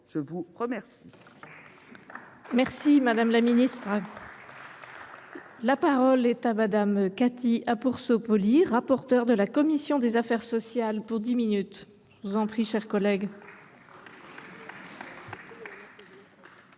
Je vous remercie,